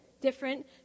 different